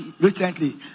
recently